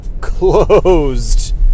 closed